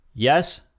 Yes